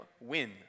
win